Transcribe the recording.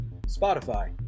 Spotify